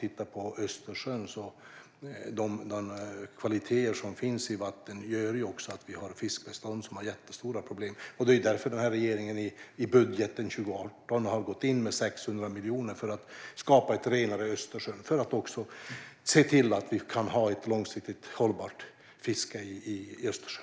De kvaliteter som finns i vattnet i Östersjön gör att vi har fiskbestånd som har jättestora problem. Det är därför - för att se till att vi kan ha ett långsiktigt hållbart fiske i Östersjön - som denna regering i budgeten för 2018 har gått in med 600 miljoner för att skapa ett renare Östersjön.